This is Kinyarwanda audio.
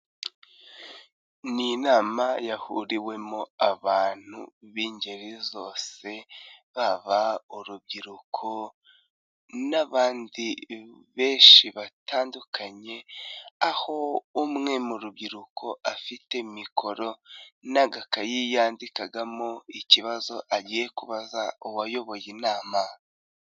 Ni inama yahuriwemo abantu b'ingeri zose, baba urubyiruko n'abandi benshi batandukanye, aho umwe mu rubyiruko afite mikoro n'agakayi yandikagamo ikibazo agiye kubaza uwayoboye inama.